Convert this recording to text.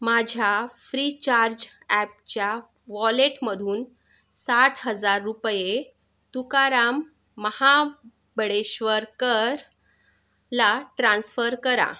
माझ्या फ्रीचार्ज ॲपच्या वॉलेटमधून साठ हजार रुपये तुकाराम महाबळेश्वरकरला ट्रान्स्फर करा